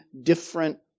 different